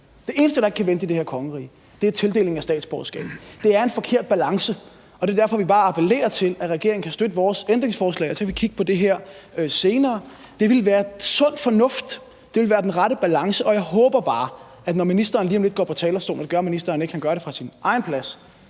Det eneste, der ikke kan vente i det her kongerige, er tildeling af statsborgerskab. Det er en forkert balance, og det er derfor, vi bare appellerer til, at regeringen støtter vores ændringsforslag, og så kan vi kigge på det her senere. Det ville være sund fornuft, det ville være udtryk for den rette balance, og jeg håber bare, at når ministeren lige om lidt går på talerstolen – og det gør ministeren ikke, for han taler fra sin egen plads